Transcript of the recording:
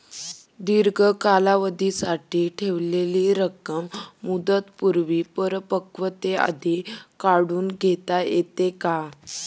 दीर्घ कालावधीसाठी ठेवलेली रक्कम मुदतपूर्व परिपक्वतेआधी काढून घेता येते का?